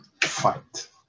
fight